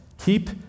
Keep